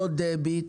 לא דביט.